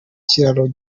kiraro